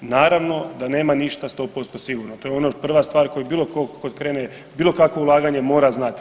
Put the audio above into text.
Naravno da nema ništa 100% sigurno, to je ono prva stvar koji bilo ko ko krene bilo kakvo ulaganje mora znati.